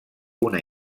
una